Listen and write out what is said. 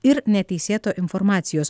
ir neteisėto informacijos